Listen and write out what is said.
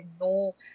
no